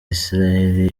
isirayeli